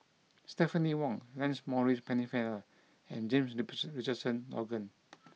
Stephanie Wong Lancelot Maurice Pennefather and James Richardson Logan